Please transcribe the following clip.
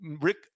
Rick